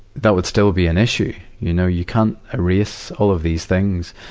that would still be an issue. you know, you can't erase all of these things.